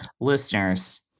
Listeners